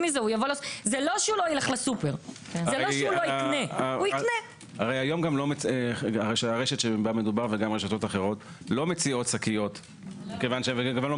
אבל גם היום החוק מאפשר לרשת להודיע ללקוח כמה שקיות הוא חושב לשלוח לו.